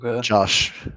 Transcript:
Josh